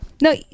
No